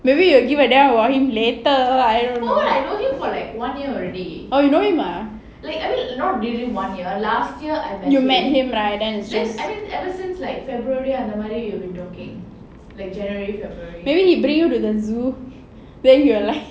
maybe you will give a damn about him later I don't know oh you know him ah you met him right then it's just maybe he bring you to the zoo then you will like him